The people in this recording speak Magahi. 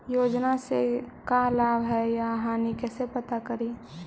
योजना से का लाभ है या हानि कैसे पता करी?